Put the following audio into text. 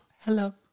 Hello